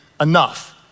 enough